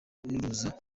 n’uruza